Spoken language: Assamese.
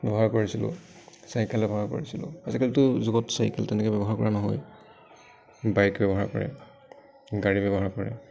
ব্যৱহাৰ কৰিছিলোঁ চাইকেল ব্যৱহাৰ কৰিছিলোঁ আজিকালিতো যুগত চাইকেল তেনেকৈ ব্যৱহাৰ কৰা নহয় বাইক ব্যৱহাৰ কৰে গাড়ী ব্যৱহাৰ কৰে